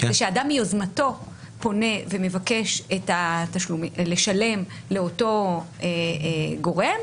שאדם מיוזמתו פונה ומבקש לשלם לאותו גורם,